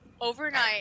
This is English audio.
Overnight